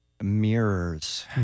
Mirrors